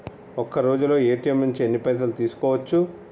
ఒక్కరోజులో ఏ.టి.ఎమ్ నుంచి ఎన్ని పైసలు తీసుకోవచ్చు?